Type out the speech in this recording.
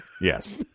Yes